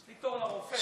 יש לי תור לרופא.